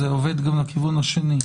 זה עובד גם לכיוון השני.